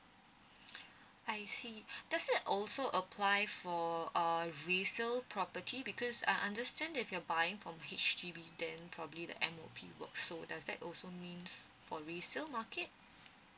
I see does it also apply for err resale property because I understand if you're buying from H_D_B then probably the M_O_P work so does that also means for resale market